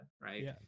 right